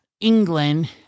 England